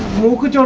local